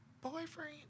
boyfriend